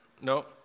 no